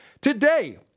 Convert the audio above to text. Today